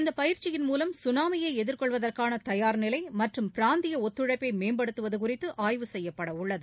இப்பயிற்சியின் மூலம் சுனாமியை எதிக்கொள்வதற்கான தயாா் நிலை மற்றும் பிராந்திய ஒத்துழைப்பை மேம்படுத்துவது குறித்து ஆய்வுசெய்யப்படவுள்ளது